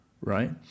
Right